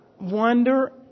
wonder